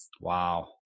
Wow